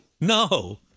No